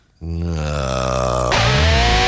No